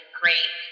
great